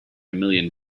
million